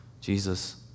Jesus